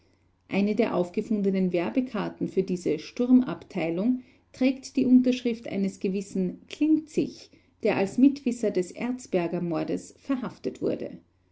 eine der aufgefundenen werbekarten für diese sturmabteilung trägt die unterschrift eines gewissen klintzich der als mitwisser des erzberger-mordes verhaftet wurde